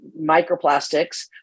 microplastics